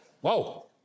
Whoa